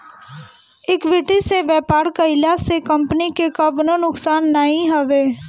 equity से व्यापार कईला से कंपनी के कवनो नुकसान नाइ हवे